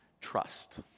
trust